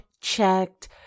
checked